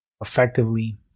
effectively